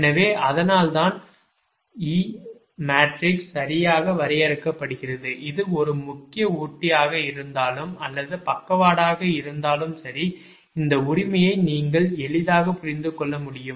எனவே அதனால்தான் e matrix சரியாக வரையறுக்கப்படுகிறது இது ஒரு முக்கிய ஊட்டியாக இருந்தாலும் அல்லது பக்கவாட்டாக இருந்தாலும் சரி இந்த உரிமையை நீங்கள் எளிதாக புரிந்து கொள்ள முடியும்